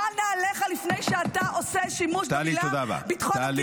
של נעליך לפני שאתה עושה שימוש במילים ביטחון המדינה -- טלי,